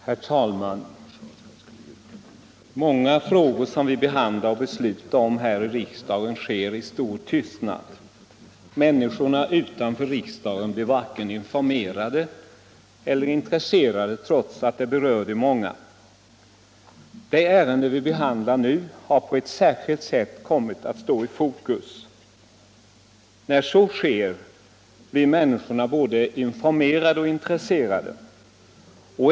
Herr talman! Vår behandling och våra beslut här i riksdagen sker i många frågor i stor tysthet. Människorna utanför riksdagen blir varken informerade eller intresserade, trots att besluten berör de många. Det ärende vi nu behandlar har på ett särskilt sätt kommit i fokus. När så sker blir människorna både informerade och intresserade.